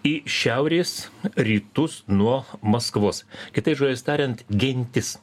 į šiaurės rytus nuo maskvos kitais žodžiais tariant gintis